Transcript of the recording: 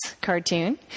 cartoon